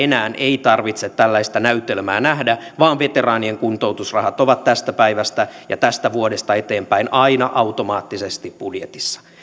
enää ei tarvitse tällaista näytelmää nähdä vaan veteraanien kuntoutusrahat ovat tästä päivästä ja tästä vuodesta eteenpäin aina automaattisesti budjetissa